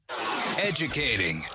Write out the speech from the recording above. Educating